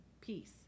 peace